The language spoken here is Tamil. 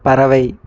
பறவை